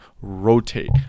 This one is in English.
rotate